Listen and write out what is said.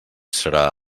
serà